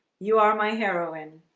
you are my heroine?